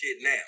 now